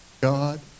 God